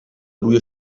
روی